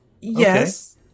Yes